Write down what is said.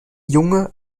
junge